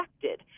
affected